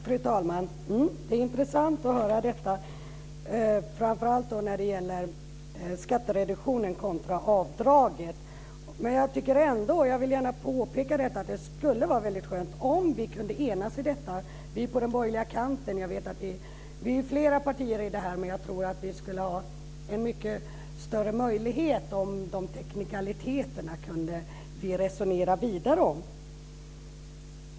Fru talman! Det är intressant att höra detta, framför allt om skattereduktionen kontra avdraget. Jag vill ändå gärna påpeka att det skulle vara väldigt skönt om vi på den borgerliga kanten kunde enas. Jag vet att vi är flera partier i detta. Men jag tror att vi skulle ha en mycket större möjlighet om vi kunde resonera vidare om de teknikaliteterna.